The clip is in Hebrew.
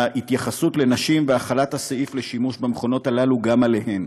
התייחסות לנשים והחלת הסעיף לשימוש במכונות האלה גם עליהן.